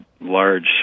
large